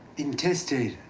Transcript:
intestate.